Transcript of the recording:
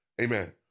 amen